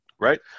right